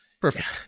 Perfect